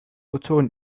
ozon